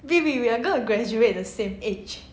vivi we are going to graduate the same age